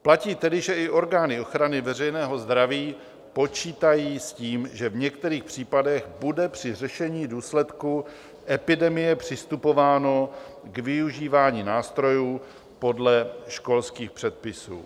Platí tedy, že i orgány ochrany veřejného zdraví počítají s tím, že v některých případech bude při řešení důsledku epidemie přistupováno k využívání nástrojů podle školských předpisů.